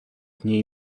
niej